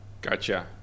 Gotcha